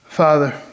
Father